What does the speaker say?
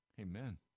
Amen